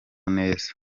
neza